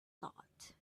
thought